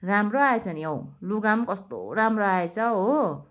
राम्रो आएछ नि औ लुगा पनि कस्तो राम्रो आएछ हो